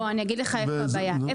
אני אגיד לך איפה הבעיה.